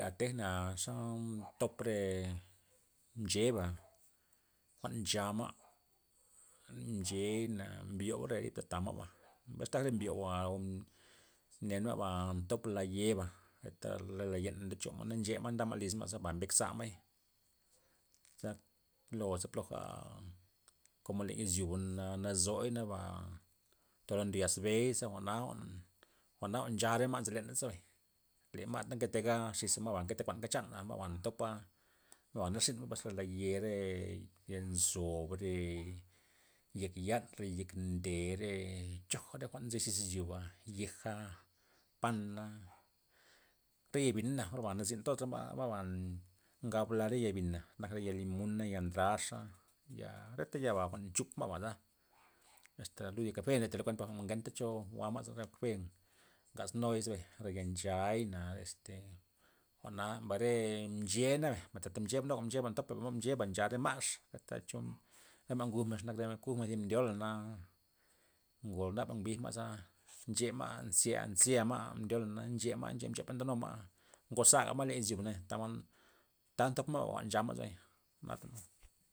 Tejna xomod ndop re mxeba' jwa'n nchama', mxey'na mbyob re zita ta ma'ba taga mbyoba ne ma' ndop re la yeba, reta re la yen ndechu ma' nchema' ndama' lisma'za ba mbekza ma'yza, za loba ploja komo ley izyoba na- nazuy na'ba ndo lo na yasbe'i jwa'na- jwa'na ncah re ma' nzo leney bay, le ma' ta nkega xisa, ma'ba nke te kuanka chanana, ma'ba ntopa' ma'ba ndexima re laye, re ya nzob re yek yan, re yek nde re choga' nzy xis yoba yeja, pana' re ya'bina or ba nazin toska re ma'ba ngabla re ya'bina, nak re ya limona' ya ndraxa, ya reta ya ma'ba jwa'n nchupma' baza asta nu ya'kafe ndete lo kuent por ngenta cho jwa'ma ze kafe ngaz no'zebay rega nchay na' este jwa'na mbay re mxe'na nay tata mxe nuga mxe ntop nuga mxeba ncha re ma'x reta cho re ma' ngujmen, ze kugmen thi mby'ola na ngol ndma' mbij ma'za nchema' zya- nzya'ma mdyol na nchema ma' nche mxe po nde numa' ngoza ma len izyo bana tamod ta ntop ma'jwa'n nchama' ze bay.